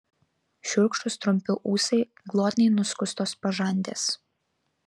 šiurkštūs trumpi ūsai glotniai nuskustos pažandės